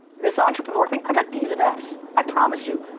this entrepreneur thing, i got ds and fs. i promise you,